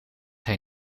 hij